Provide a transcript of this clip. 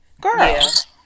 Girls